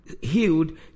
Healed